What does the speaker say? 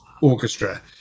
orchestra